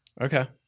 Okay